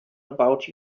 about